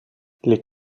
les